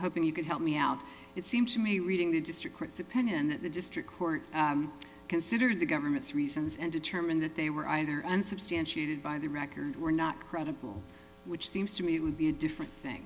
hoping you can help me out it seems to me reading the district court's opinion that the district court considered the government's reasons and determined that they were either unsubstantiated by the record were not credible which seems to me would be a different thing